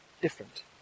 different